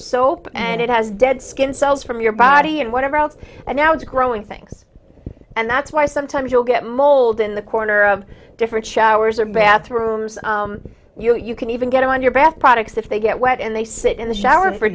soap and it has dead skin cells from your body and whatever else and now it's growing things and that's why sometimes you'll get mold in the corner of different showers or bathrooms you know you can even get it on your bath products if they get wet and they sit in the shower for